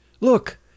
Look